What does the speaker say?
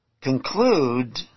conclude